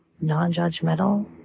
non-judgmental